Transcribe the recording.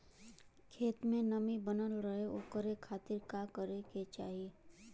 खेत में नमी बनल रहे ओकरे खाती का करे के चाही?